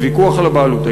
בוויכוח על הבעלות,